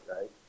right